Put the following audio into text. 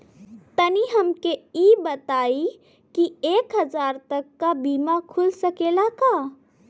तनि हमके इ बताईं की एक हजार तक क बीमा खुल सकेला का?